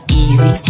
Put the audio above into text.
easy